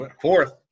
Fourth